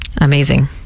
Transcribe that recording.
Amazing